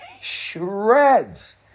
shreds